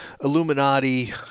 Illuminati